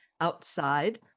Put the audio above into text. outside